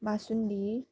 basundi